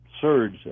surge